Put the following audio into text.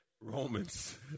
Romans